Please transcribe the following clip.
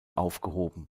aufgehoben